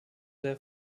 der